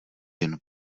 jen